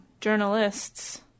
journalists